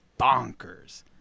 bonkers